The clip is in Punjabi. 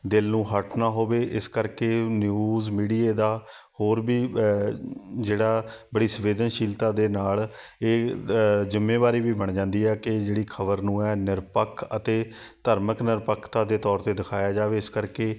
ਦਿਲ ਨੂੰ ਹਰਟ ਨਾ ਹੋਵੇ ਇਸ ਕਰਕੇ ਨਿਊਜ਼ ਮੀਡੀਏ ਦਾ ਹੋਰ ਵੀ ਜਿਹੜਾ ਬੜੀ ਸੰਵੇਦਨਸ਼ੀਲਤਾ ਦੇ ਨਾਲ ਇਹ ਜਿੰਮੇਵਾਰੀ ਵੀ ਬਣ ਜਾਂਦੀ ਐ ਕਿ ਜਿਹੜੀ ਖ਼ਬਰ ਨੂੰ ਹੈ ਨਿਰਪੱਖ ਅਤੇ ਧਾਰਮਿਕ ਨਿਰਪੱਖਤਾ ਦੇ ਤੌਰ 'ਤੇ ਦਿਖਾਇਆ ਜਾਵੇ ਇਸ ਕਰਕੇ